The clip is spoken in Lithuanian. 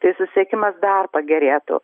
tai susisiekimas dar pagerėtų